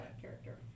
character